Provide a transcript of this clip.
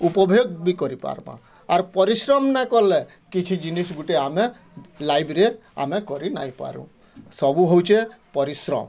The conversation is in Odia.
ଉପୋଭେଗ୍ ବି କରିପାର୍ମା ଆର୍ ପରିଶ୍ରମ୍ ନାଇଁ କଲେ କିଛି ଜିନିଷ୍ ଗୁଟେ ଆମେ ଲାଇଫରେ ଆମେ କରି ନାଇଁ ପାରୁଁ ସବୁ ହଉଁଛେଁ ପରିଶ୍ରମ୍